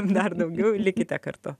dar daugiau likite kartu